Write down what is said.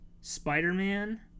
Spider-Man